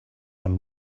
man